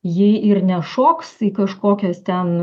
jei ir nešoks į kažkokias ten